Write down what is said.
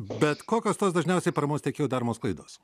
bet kokios tos dažniausiai paramos teikėjų daromos klaidos